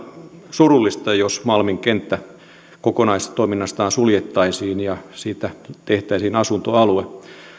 surullista jos malmin kenttä kokonaistoiminnastaan suljettaisiin ja siitä tehtäisiin asuntoalue